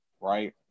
right